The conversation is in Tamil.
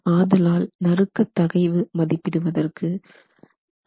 ஆதலால் நறுக்க தகைவு மதிப்பிடுவதற்கு 56